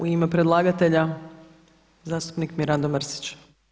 U ime predlagatelja zastupnik Mirando Mrsić.